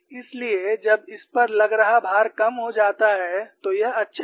इसलिए जब इस पर लग रहा भार कम हो जाता है तो यह अच्छा है